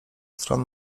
stron